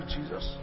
Jesus